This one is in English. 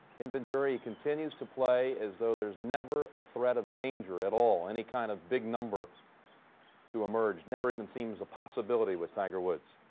ken venturi continues to play as though there's never a threat of danger at all. any kind of big number to emerge. never even seems a possibility with tiger woods.